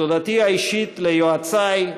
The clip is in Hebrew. תודתי האישית ליועצי,